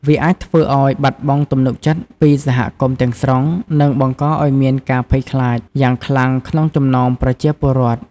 វាអាចធ្វើឲ្យ បាត់បង់ទំនុកចិត្តពីសហគមន៍ ទាំងស្រុង និង បង្កឲ្យមានការភ័យខ្លាច យ៉ាងខ្លាំងក្នុងចំណោមប្រជាពលរដ្ឋ។